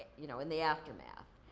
you know, in the aftermath.